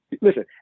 Listen